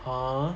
ah